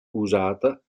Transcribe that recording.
usata